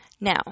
Now